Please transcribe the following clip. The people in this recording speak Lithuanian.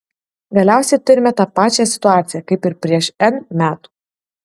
galiausiai turime tą pačią situaciją kaip ir prieš n metų